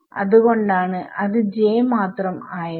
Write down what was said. അത് കൊണ്ടാണ് അത് j മാത്രം ആയത്